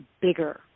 bigger